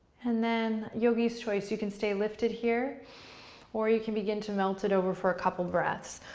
and then, yogi's choice, you can stay lifted here or you can begin to melt it over for a couple breaths.